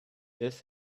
this